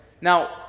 Now